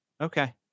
Okay